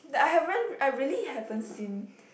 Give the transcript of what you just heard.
that I haven't I really haven't seen